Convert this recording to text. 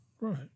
Right